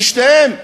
כי שתיהן,